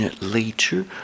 later